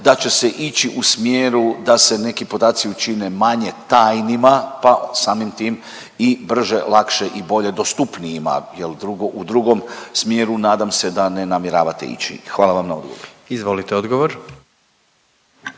da će se ići u smjeru da se neki podaci učine manje tajnima, pa samim tim i brže, lakše i bolje dostupnijima, jer u drugom smjeru nadam se da ne namjeravate ići. Hvala vam na odgovoru. **Jandroković,